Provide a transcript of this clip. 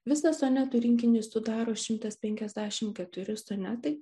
visą sonetų rinkinį sudaro šimtas penkiasdešimt keturi sonetai